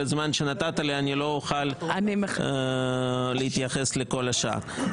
הזמן שנתת לי אני לא אוכל להתייחס לכל השאר.